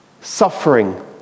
suffering